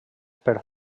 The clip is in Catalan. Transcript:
per